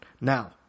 Now